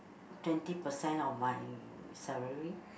twenty percent of my salary